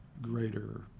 greater